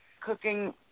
cooking